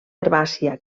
herbàcia